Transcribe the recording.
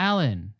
Alan